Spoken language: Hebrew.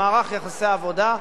במערך יחסי העבודה,